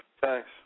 Thanks